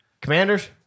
Commanders